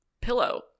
pillow